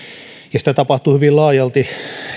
ja sitä tapahtuu hyvin laajalti